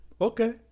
Okay